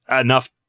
enough